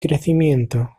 crecimiento